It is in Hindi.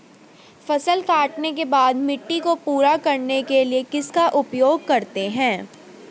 फसल काटने के बाद मिट्टी को पूरा करने के लिए किसका उपयोग करते हैं?